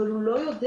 אבל הוא לא יודע